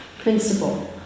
principle